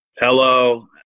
Hello